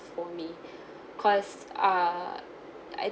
only cause err I